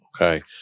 okay